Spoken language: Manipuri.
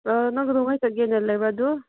ꯅꯪ ꯀꯩꯗꯧꯉꯩ ꯆꯠꯀꯦꯅ ꯂꯩꯕ ꯑꯗꯨ